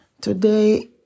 Today